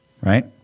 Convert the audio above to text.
right